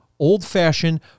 old-fashioned